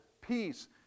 peace